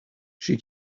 she